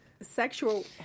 sexual